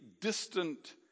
distant